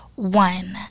One